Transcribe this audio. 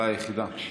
אולי היחידה.